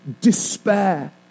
Despair